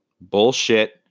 Bullshit